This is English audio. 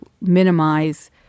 minimize